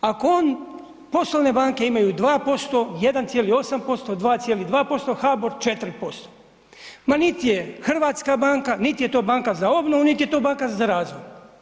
Ako on, poslovne banke imaju 2%, 1,8%, 2,2%, HBOR 4%. ma niti je hrvatska banka niti je nit je to banka za obnovu, nit je to banka za razvoj.